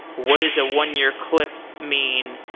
what is a one-year cliff mean?